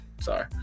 Sorry